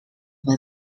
was